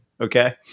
Okay